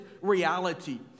reality